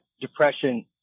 depression